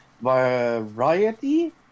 Variety